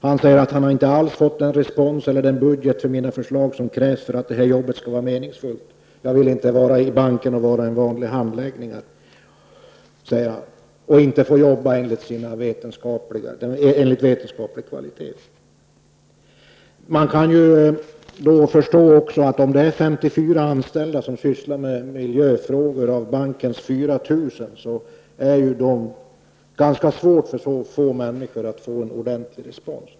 Han sade att han inte alls har fått den respons eller den budget som krävs för att arbetet skall vara meningsfullt. Han vill inte vara med i banken som en vanlig handläggare och arbeta utan vetenskaplig kvalitet. Om 54 personer av bankens 4 000 anställda sysslar med miljöfrågor, kan man förstå att det är ganska svårt att få en ordentlig respons.